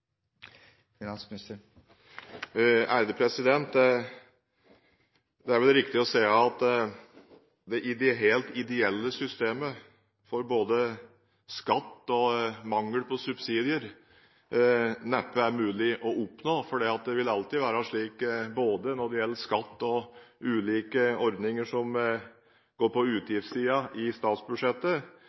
vel riktig å si at det helt ideelle systemet for både skatt og mangel på subsidier neppe er mulig å oppnå, fordi det alltid vil være slik, både når det gjelder skatt og ulike ordninger på utgiftssiden i statsbudsjettet,